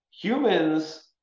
Humans